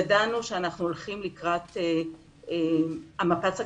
ידענו שאנחנו הולכים לקראת המפץ הגדול.